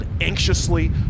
anxiously